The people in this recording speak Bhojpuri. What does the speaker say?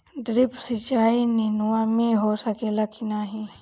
ड्रिप सिंचाई नेनुआ में हो सकेला की नाही?